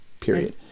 Period